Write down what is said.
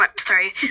Sorry